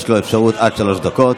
יש לו אפשרות, עד שלוש דקות.